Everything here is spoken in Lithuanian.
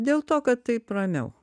dėl to kad taip ramiau